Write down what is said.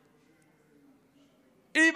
החוק.